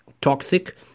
toxic